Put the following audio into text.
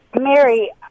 Mary